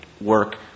work